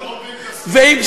ואם,